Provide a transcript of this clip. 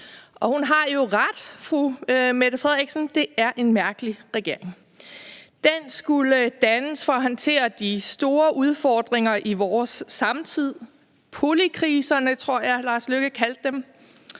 hun har jo ret i, at det er en mærkelig regering. Den skulle dannes for at håndtere de store udfordringer i vores samtid, polykriserne, tror jeg Lars Løkke Rasmussen